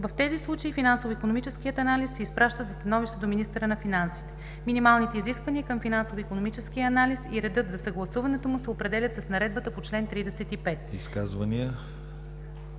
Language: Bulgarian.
В тези случаи финансово-икономическият анализ се изпраща за становище до министъра на финансите. Минималните изисквания към финансово-икономическия анализ и редът за съгласуването му се определят с наредбата по чл. 35.“